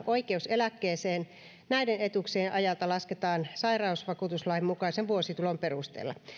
oikeus eläkkeeseen näiden etuuksien ajalta lasketaan sairausvakuutuslain mukaisen vuositulon perusteella